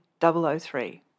003